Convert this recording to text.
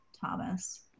thomas